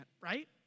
right